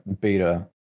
Beta